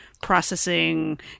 processing